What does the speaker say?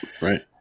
Right